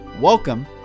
Welcome